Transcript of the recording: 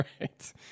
Right